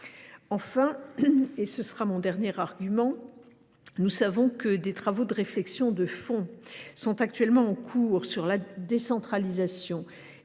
Enfin, et ce sera mon dernier argument, nous savons que des travaux de réflexion de fond sont en cours sur la décentralisation